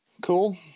Cool